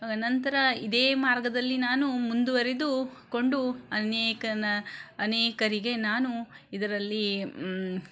ನಂತರ ಇದೇ ಮಾರ್ಗದಲ್ಲಿ ನಾನು ಮುಂದುವರೆದುಕೊಂಡು ಅನೇಕ ನ ಅನೇಕರಿಗೆ ನಾನು ಇದರಲ್ಲಿ